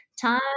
time